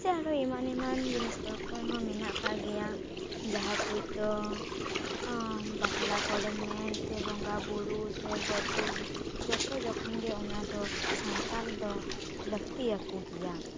ᱥᱮ ᱟᱨᱚ ᱮᱢᱟᱱ ᱮᱢᱟᱱ ᱡᱤᱱᱤᱥ ᱠᱚᱦᱚᱸ ᱢᱮᱱᱟᱜ ᱟᱠᱟᱜ ᱜᱮᱭᱟ ᱡᱟᱦᱟᱸ ᱠᱩᱡ ᱫᱚ ᱵᱟᱯᱞᱟ ᱠᱚᱨᱮᱢ ᱢᱮᱱ ᱥᱮ ᱵᱚᱸᱜᱟ ᱵᱳᱨᱳ ᱥᱮ ᱜᱚᱡ ᱜᱩᱨ ᱡᱚᱛᱚ ᱡᱚᱠᱷᱚᱱ ᱜᱮ ᱚᱱᱟᱫᱚ ᱥᱟᱱᱛᱟᱲ ᱫᱚ ᱞᱟᱹᱠᱛᱤ ᱭᱟᱠᱚ ᱜᱮᱭᱟ